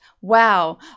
wow